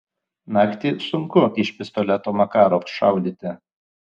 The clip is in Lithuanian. naktį sunku iš pistoleto makarov šaudyti